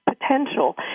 potential